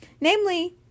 Namely